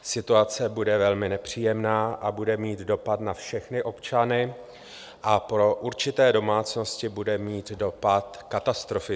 Situace bude velmi nepříjemná, bude mít dopad na všechny občany a pro určité domácnosti bude mít dopad katastrofický.